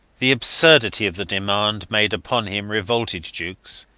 the absurdity of the demand made upon him revolted jukes.